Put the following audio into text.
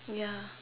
ya